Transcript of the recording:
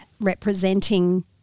representing